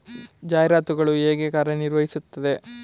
ಜಾಹೀರಾತುಗಳು ಹೇಗೆ ಕಾರ್ಯ ನಿರ್ವಹಿಸುತ್ತವೆ?